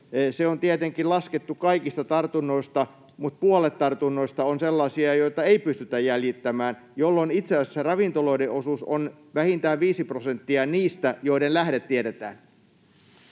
Se on tietenkin laskettu kaikista tartunnoista, mutta puolet tartunnoista on sellaisia, joita ei pystytä jäljittämään, jolloin itse asiassa ravintoloiden osuus on vähintään 5 prosenttia niistä, joiden lähde tiedetään.